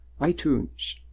iTunes